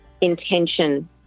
intention